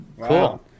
cool